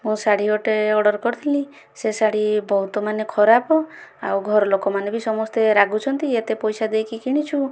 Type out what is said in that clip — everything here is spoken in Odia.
ମୁଁ ଶାଢ଼ୀ ଗୋଟିଏ ଅର୍ଡର କରିଥିଲି ସେଇ ଶାଢ଼ୀ ବହୁତ ମାନେ ଖରାପ ଆଉ ଘରଲୋକ ମାନେ ବି ସମସ୍ତେ ରାଗୁଛନ୍ତି ଏତେ ପଇସା ଦେଇକି କିନିଛୁ